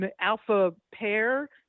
alpha-pair